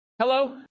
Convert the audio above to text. Hello